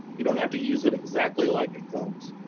you don't have to use it exactly like it comes.